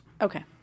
Okay